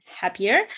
happier